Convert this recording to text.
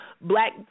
black